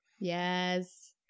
Yes